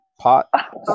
Pot